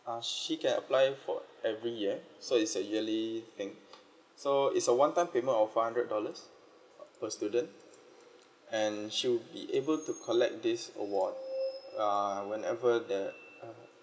uh she can apply for every year so it's a yearly thing so it's a one time payment of five hundred dollars for students and she'd be able to collect this award uh whenever the uh